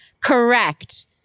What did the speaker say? Correct